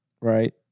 right